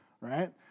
right